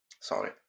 sorry